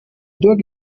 dog